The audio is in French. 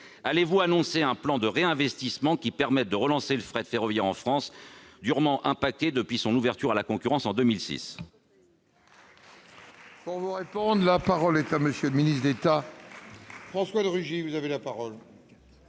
Allez-vous annoncer un plan de réinvestissement qui permette de relancer le fret ferroviaire en France, durement impacté depuis son ouverture à la concurrence en 2006 ?